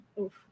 oof